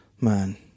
Man